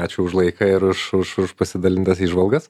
ačiū už laiką ir už už už pasidalintas įžvalgas